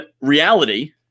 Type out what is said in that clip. reality